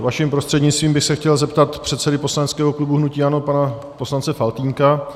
Vaším prostřednictvím bych se chtěl zeptat předsedy poslaneckého klubu hnutí ANO. pana poslance Faltýnka.